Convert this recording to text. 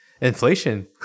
Inflation